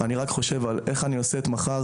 אני רק חושב על איך אני עושה את מחר.